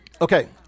Okay